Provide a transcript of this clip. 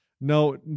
No